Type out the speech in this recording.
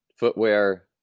Footwear